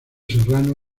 serrano